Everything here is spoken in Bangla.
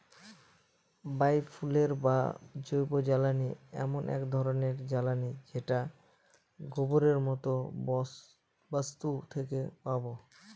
বায় ফুয়েল বা জৈবজ্বালানী এমন এক ধরনের জ্বালানী যেটা গোবরের মতো বস্তু থেকে পাবো